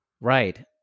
Right